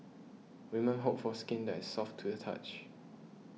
women hope for skin that is soft to the touch